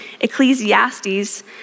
Ecclesiastes